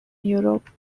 europe